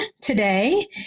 today